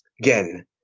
Again